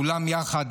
כולם יחד,